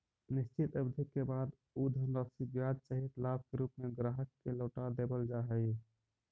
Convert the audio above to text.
निश्चित अवधि के बाद उ धनराशि ब्याज सहित लाभ के रूप में ग्राहक के लौटा देवल जा हई